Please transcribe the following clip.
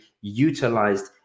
utilized